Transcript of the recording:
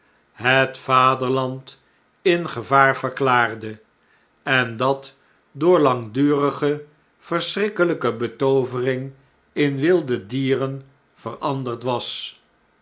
het vaderland in gevaar verklaarde en dat door langdurige verschrikkeltjke betoovering in wilde dieren veranderd was